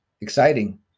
Exciting